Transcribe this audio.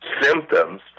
symptoms